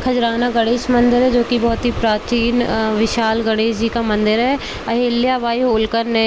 खजराना गणेश मंदिर है जो की बहुत ही प्राचीन विशाल गणेश जी का मंदिर है अहिल्या बाई होलकर ने